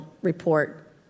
report